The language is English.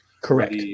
Correct